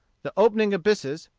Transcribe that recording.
the opening abysses,